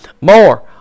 more